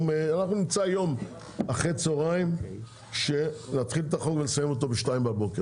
אנחנו נמצא יום אחרי הצהריים להתחיל את החוק ולסיים אותו ב-2:00,